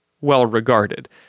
well-regarded